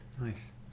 Nice